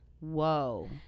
Whoa